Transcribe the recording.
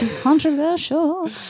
Controversial